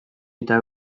eta